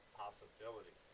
possibility